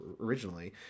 originally